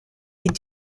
est